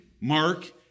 Mark